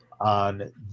on